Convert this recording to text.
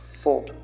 Four